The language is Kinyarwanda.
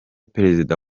perezida